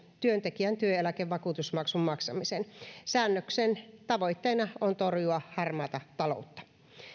työntekijän työeläkevakuutusmaksun maksamisen säännöksen tavoitteena on torjua harmaata taloutta